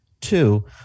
Two